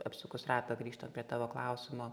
apsukus ratą grįžtant prie tavo klausimą